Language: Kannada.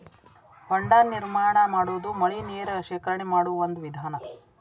ಹೊಂಡಾ ನಿರ್ಮಾಣಾ ಮಾಡುದು ಮಳಿ ನೇರ ಶೇಖರಣೆ ಮಾಡು ಒಂದ ವಿಧಾನಾ